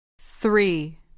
three